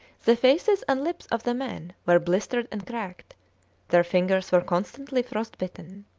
the faces and lips of the men were blistered and cracked their fingers were constantly frostbitten.